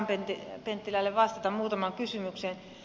akaan penttilälle vastata muutamaan kysymykseen